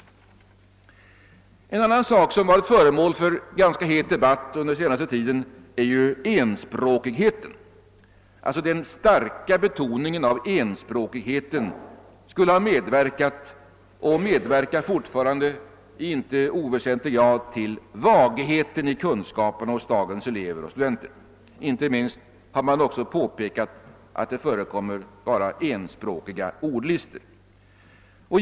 En annan sak, som har varit föremål för ganska het debatt under den senaste tiden, är enspråkigheten. Den starka betoningen av enspråkigheten förmenas ha medverkat och fortfarande medverka i inte oväsentlig grad till vagheten i kunskaperna hos dagens elever och studenter. Inte minst har det påpekats att bara enspråkiga ordlistor förekommer.